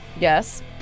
Yes